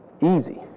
easy